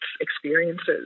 experiences